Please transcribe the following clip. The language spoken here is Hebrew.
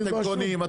אתם קונים,